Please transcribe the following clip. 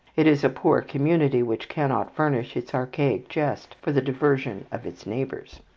it is a poor community which cannot furnish its archaic jest for the diversion of its neighbours.